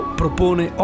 propone